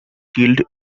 killed